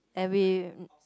and we